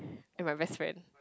and my best friend